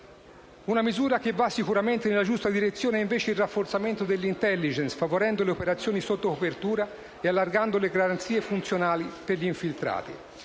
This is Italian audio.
Una misura sicuramente giusta è invece il rafforzamento dell'*intelligence* favorendo le operazioni sotto copertura e allargando le garanzie funzionali per gli infiltrati.